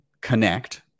connect